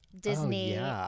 Disney